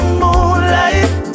moonlight